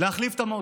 להחליף את המוט.